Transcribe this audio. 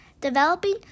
Developing